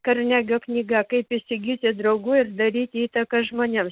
karnegio knyga kaip įsigyti draugų ir daryti įtaką žmonėms